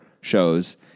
shows